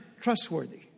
trustworthy